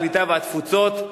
הקליטה והתפוצות,